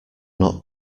not